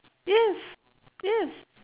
yes yes